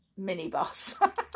minibus